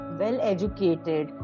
well-educated